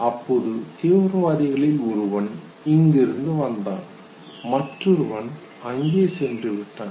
அப்போது தீவிரவாதிகளில் ஒருவன் இங்கிருந்து வந்தான் மற்றொருவன் அங்கே சென்று விட்டான்